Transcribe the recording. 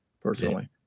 personally